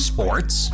Sports